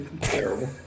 Terrible